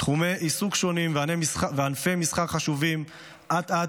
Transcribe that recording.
תחומי עיסוק שונים וענפי מסחר חשובים אט-אט